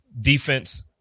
defense